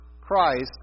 Christ